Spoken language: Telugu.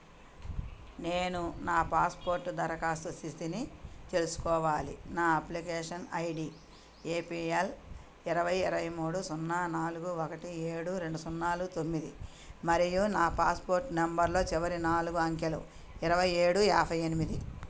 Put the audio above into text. నేను నా పాస్పోర్ట్ దరఖాస్తు స్థితిని తెలుసుకోవాలి నా application I D A P L ఇరవై ఇరవై మూడు సున్నా నాలుగు ఒకటి ఏడు రెండు సున్నాలు తొమ్మిది మరియు నా పాస్పోర్ట్ నెంబర్లో చివరి నాలుగు అంకెలు ఇరవై ఏడు యాభై ఎనిమిది